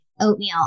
oatmeal